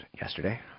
yesterday